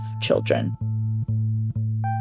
children